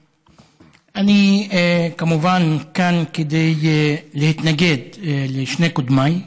אני, כמובן, כאן כדי להתנגד לשני קודמיי,